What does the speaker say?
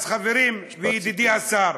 אז, חברים וידידי השר,